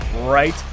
right